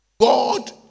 God